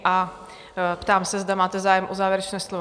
A ptám se, zda máte zájem o závěrečné slovo?